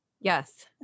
Yes